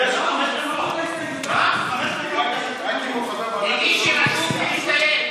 חבר הכנסת, רק אם הוא חבר ועדה, מי שרשום שהסתייג,